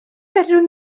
fedrwn